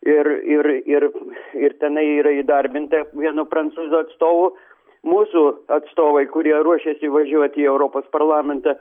ir ir ir ir tenai yra įdarbinta vieno prancūzo atstovo mūsų atstovai kurie ruošiasi važiuoti į europos parlamentą